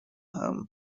home